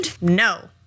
no